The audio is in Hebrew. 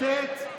אני מצטט,